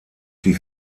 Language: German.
die